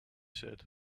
said